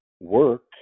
work